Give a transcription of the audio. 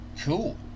cool